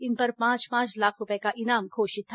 इन पर पांच पांच लाख रूपए का इनाम घोषित था